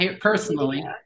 personally